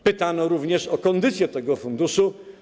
Pytano również o kondycję tego funduszu.